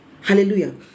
Hallelujah